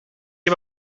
heb